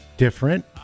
different